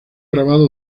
grabado